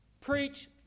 preach